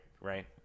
right